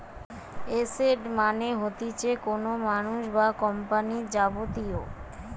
asset মানে হতিছে কোনো মানুষ বা কোম্পানির যাবতীয়